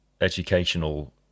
educational